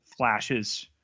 Flashes